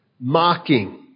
mocking